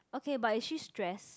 okay but is she stress